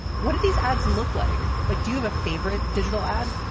what do these ads look like? like? do you have a favorite digital ad?